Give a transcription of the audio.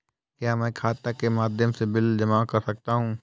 क्या मैं खाता के माध्यम से बिल जमा कर सकता हूँ?